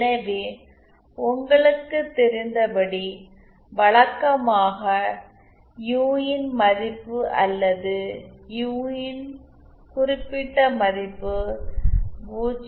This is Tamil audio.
எனவே உங்களுக்கு தெரிந்த படி வழக்கமாக யு ன் மதிப்பு அல்லது யு ன் குறிப்பிட்ட மதிப்பு 0